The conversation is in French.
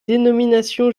dénomination